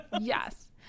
Yes